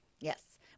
Yes